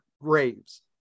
graves